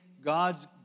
God's